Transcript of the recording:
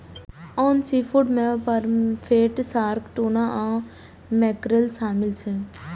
आन सीफूड मे pomfret, shark, tuna आ मैकेरल शामिल छै